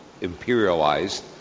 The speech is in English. imperialized